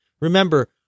Remember